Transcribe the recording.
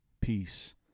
peace